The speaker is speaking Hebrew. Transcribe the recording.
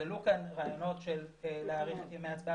עלו כאן רעיונות להאריך את ימי ההצבעה,